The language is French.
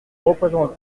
représente